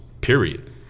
period